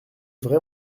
vrai